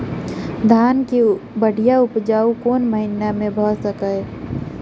धान केँ बढ़िया उपजाउ कोण महीना मे भऽ सकैय?